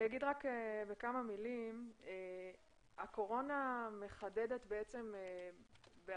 אני אגיד רק בכמה מילים, הקורונה בעצם מחדדת בעיות